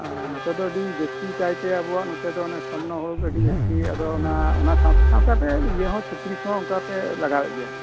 ᱱᱚᱛᱮ ᱫᱮ ᱟᱹᱰᱤ ᱡᱟᱹᱥᱛᱤ ᱠᱟᱭᱛᱮ ᱟᱵᱚᱣᱟᱜ ᱚᱱᱟ ᱥᱚᱨᱱᱚ ᱦᱩᱲᱩ ᱜᱮ ᱟᱹᱰᱤ ᱡᱟᱹᱥᱛᱤ ᱟᱫᱚ ᱚᱱᱟ ᱥᱟᱶᱛᱮ ᱥᱟᱶᱛᱮ ᱤᱭᱟᱹ ᱦᱚᱸ ᱪᱚᱛᱛᱨᱤᱥ ᱦᱚᱸ ᱠᱚ ᱞᱟᱜᱟᱣᱮᱫ ᱜᱮᱭᱟ